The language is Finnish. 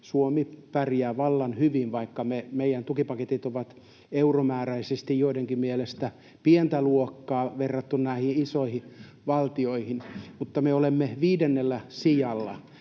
Suomi pärjää vallan hyvin, vaikka meidän tukipaketit ovat euromääräisesti joidenkin mielestä pientä luokkaa verrattuna näihin isoihin valtioihin, mutta me olemme viidennellä sijalla.